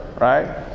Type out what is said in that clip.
right